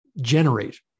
generate